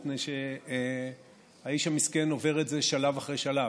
מפני שהאיש המסכן עובר את זה שלב אחרי שלב.